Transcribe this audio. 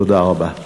תודה רבה.